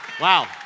Wow